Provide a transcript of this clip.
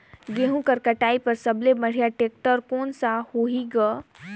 गहूं के कटाई पर सबले बढ़िया टेक्टर कोन सा होही ग?